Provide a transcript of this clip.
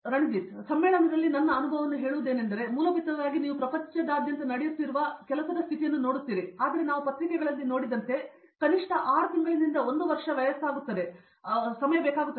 ರಣಜಿತ್ ಸಮ್ಮೇಳನದಲ್ಲಿ ನನ್ನ ಅನುಭವವನ್ನು ಹೇಳುವುದೇನೆಂದರೆ ಮೂಲಭೂತವಾಗಿ ನೀವು ಪ್ರಪಂಚದಾದ್ಯಂತ ನಡೆಯುತ್ತಿರುವ ಕೆಲಸದ ಸ್ಥಿತಿಯನ್ನು ನೋಡುತ್ತೇವೆ ಆದರೆ ನಾವು ಪತ್ರಿಕೆಗಳಲ್ಲಿ ನೋಡಿದಂತೆ ಆದರೆ ಕನಿಷ್ಠ 6 ತಿಂಗಳಿನಿಂದ 1 ವರ್ಷ ವಯಸ್ಸಾಗಿರುತ್ತದೆ